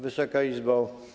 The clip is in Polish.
Wysoka Izbo!